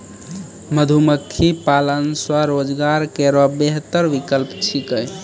मधुमक्खी पालन स्वरोजगार केरो बेहतर विकल्प छिकै